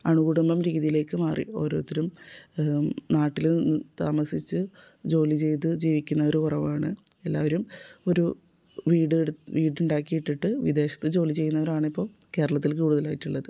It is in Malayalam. അണുകുടുംബം രീതിയിലേക്ക് ഓരോരുത്തരും നാട്ടിൽ താമസിച്ച് ജോലി ചെയ്ത് ജീവിക്കുന്നവർ കുറവാണ് എല്ലാവരും ഒരു വീടെടുത്ത് വീട് ഉണ്ടാക്കിട്ടിട്ട് വിദേശത്ത് ജോലി ചെയ്യുന്നവരാണിപ്പോൾ കേരളത്തിൽ കൂടുതലായിട്ടുള്ളത്